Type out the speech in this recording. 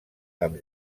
amb